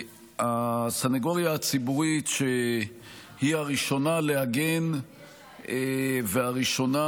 הסנגוריה הציבורית היא הראשונה להגן והראשונה